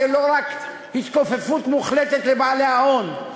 זו לא רק התכופפות מוחלטת בפני בעלי ההון,